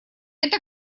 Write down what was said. это